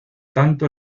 tanto